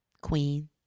queen